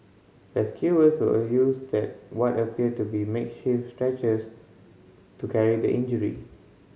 rescuers who used that what appeared to be makeshift stretchers to carry the injury